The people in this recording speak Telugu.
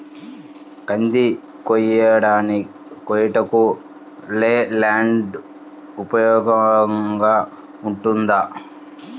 కంది కోయుటకు లై ల్యాండ్ ఉపయోగముగా ఉంటుందా?